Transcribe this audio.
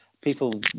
people